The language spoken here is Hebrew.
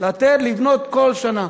לתת לבנות כל שנה.